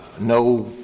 no